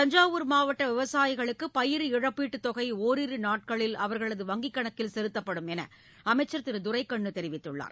தஞ்சாவூர் மாவட்ட விவசாயிகளுக்கு பயிர் இழப்பீட்டு தொகை ஒரிரு நாட்களில் அவர்களது வங்கிக் கணக்கில் செலுத்தப்படும் என்று அமைச்சள் திரு துரைக்கண்ணு தெரிவித்துள்ளார்